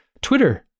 Twitter